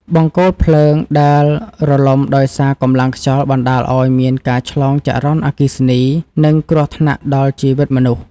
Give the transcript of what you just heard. បង្គោលភ្លើងដែលរលំដោយសារកម្លាំងខ្យល់បណ្តាលឱ្យមានការឆ្លងចរន្តអគ្គិសនី និងគ្រោះថ្នាក់ដល់ជីវិតមនុស្ស។